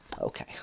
Okay